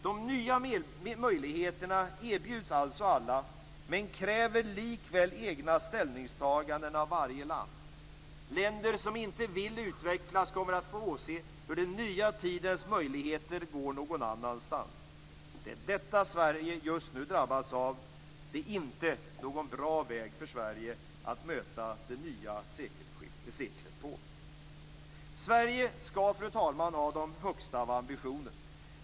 De nya möjligheterna erbjuds alltså alla men kräver likväl egna ställningstaganden av varje land. Länder som inte vill utvecklas kommer att få åse hur den nya tidens möjligheter går någon annanstans. Det är vad Sverige just nu drabbas av, och det är inte en bra väg för Sverige att möta det nya seklet. Sverige skall, fru talman, ha de högsta av ambitioner.